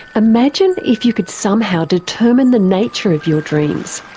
imagine if you could somehow determine the nature of your dreams,